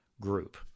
group